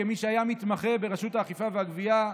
כמי שהיה מתמחה ברשות האכיפה והגבייה,